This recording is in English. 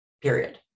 period